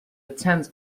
attend